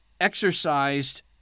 exercised